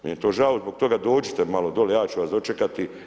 Meni je to žao zbog toga dođite malo dole, ja ću vas dočekati.